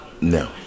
No